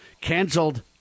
canceled